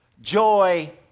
joy